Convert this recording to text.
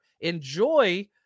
Enjoy